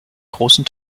großen